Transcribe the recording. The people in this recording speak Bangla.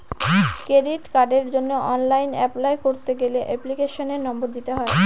ক্রেডিট কার্ডের জন্য অনলাইন অ্যাপলাই করতে গেলে এপ্লিকেশনের নম্বর দিতে হয়